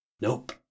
Nope